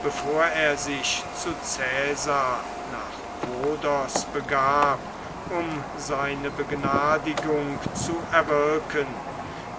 bevor er sich zu caesar nach rhodos begab um seine begnadigung zu erwirken